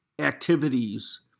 activities